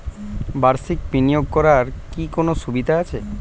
বাষির্ক বিনিয়োগ করার কি কোনো সুবিধা আছে?